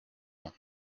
ans